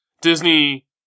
Disney